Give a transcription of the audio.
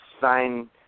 sign